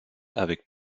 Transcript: avec